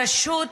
הרשות